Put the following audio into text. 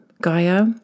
Gaia